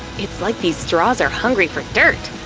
it's like these straws are hungry for dirt.